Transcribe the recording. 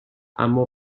اما